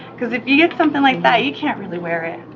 because if you get something like that you can't really wear it.